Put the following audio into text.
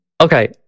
Okay